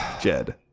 Jed